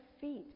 feet